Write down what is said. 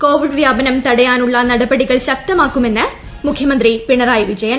Covid വ്യാപനം തടയാനുള്ള നടപടികൾ ശക്തമാക്കുമെന്ന് മുഖ്യമന്ത്രി പിണറായി വിജയൻ